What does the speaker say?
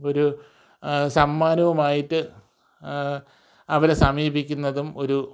ഒരു സമ്മാനവുമായിട്ട് അവരെ സമീപിക്കുന്നതും ഒരു